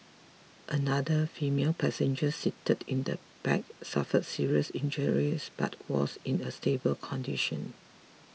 another female passenger seated in the back suffered serious injuries but was in a stable condition